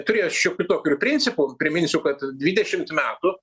turėjo šiokių tokių ir principų priminsiu kad dvidešimt metų